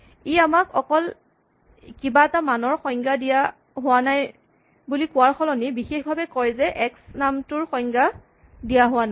ই আমাক অকল কিবা এটা মানৰ সংজ্ঞা দিয়া হোৱা নাই বুলি কোৱাৰ সলনি বিশেষ ভাৱে কয় যে এক্স নামটোৰ সংজ্ঞা দিয়া হোৱা নাই